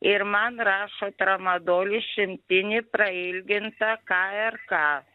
ir man rašo tramadolį išimtinį prailgintą k r k